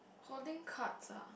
holding cards ah